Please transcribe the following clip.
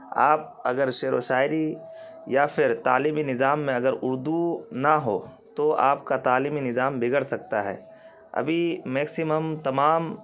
آپ اگر شعر و شاعری یا فر تعلیمی نظام میں اگر اردو نہ ہو تو آپ کا تعلیمی نظام بگڑ سکتا ہے ابھی میکسیمم تمام